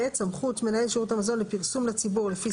(ב) סמכות מנהל שירות המזון לפרסום לציבור לפי